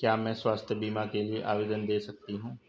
क्या मैं स्वास्थ्य बीमा के लिए आवेदन दे सकती हूँ?